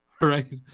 right